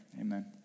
amen